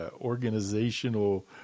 organizational